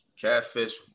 catfish